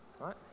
Right